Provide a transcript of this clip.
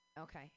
Okay